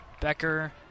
Becker